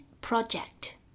project